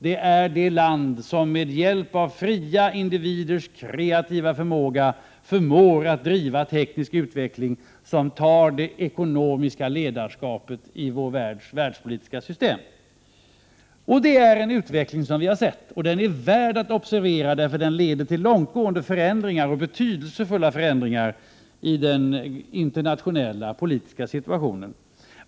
Det är det land som med hjälp av fria individers kreativa förmåga kan driva teknisk utveckling framåt som tar det ekonomiska ledarskapet i vårt världspolitiska system. Denna utveckling, som vi har sett, är värd att observera. Den leder nämligen till långtgående och betydelsefulla förändringar av den internationella politiska situationen.